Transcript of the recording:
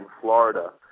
Florida